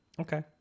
Okay